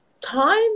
time